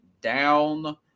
down